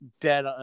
dead